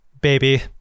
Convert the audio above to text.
baby